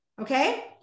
okay